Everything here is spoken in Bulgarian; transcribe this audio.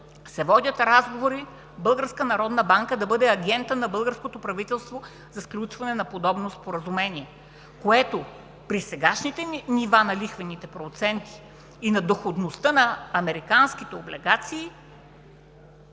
народна банка да бъде агента на българското правителство за сключване на подобно споразумение, което при сегашните ни нива на лихвените проценти и на доходността на американските облигации